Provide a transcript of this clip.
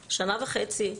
במשך שנה וחצי.